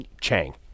Chang